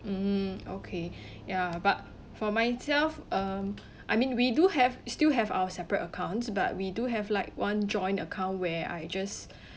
mm okay ya but for myself um I mean we do have still have our separate accounts but we do have like one joint account where I just